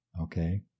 okay